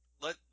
Let